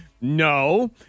No